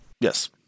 Yes